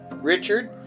Richard